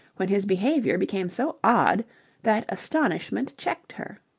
when his behaviour became so odd that astonishment checked her.